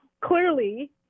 clearly